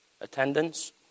attendance